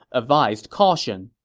advised caution.